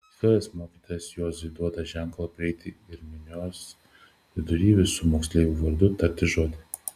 istorijos mokytojas juozui duoda ženklą prieiti ir minios vidury visų moksleivių vardu tarti žodį